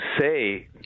say